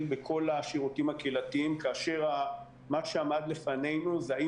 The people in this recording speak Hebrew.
בכל השירותים הקהילתיים כאשר מה שעמד לפנינו הוא האם